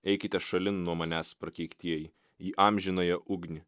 eikite šalin nuo manęs prakeiktieji į amžinąją ugnį